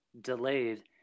delayed